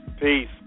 Peace